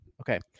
Okay